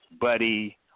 buddy